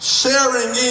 sharing